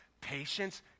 patience